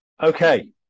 Okay